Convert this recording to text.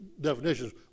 definitions